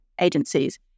agencies